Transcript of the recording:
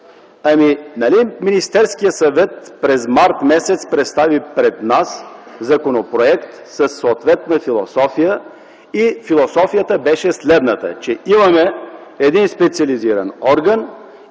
Нали Министерският съвет през м. март т.г. представи пред нас законопроект със съответна философия и философията беше следната, че имаме един специализиран орган